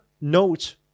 note